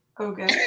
Okay